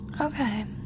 Okay